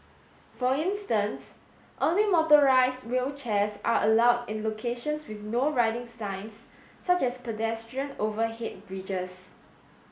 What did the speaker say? for instance only motorised wheelchairs are allowed in locations with No Riding signs such as pedestrian overhead bridges